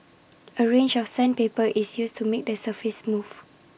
A range of sandpaper is used to make the surface smooth